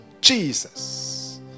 Jesus